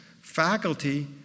faculty